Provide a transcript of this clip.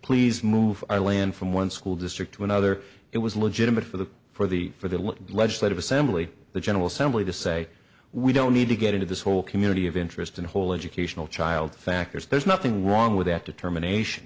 please move our land from one school district to another it was legitimate for the for the for the legislative assembly the general assembly to say we don't need to get into this whole community of interest and whole educational child factors there's nothing wrong with that determination